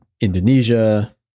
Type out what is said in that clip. Indonesia